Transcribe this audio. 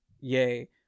Yay